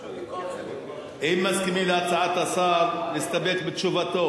האם מסכימים להצעת השר להסתפק בתשובתו?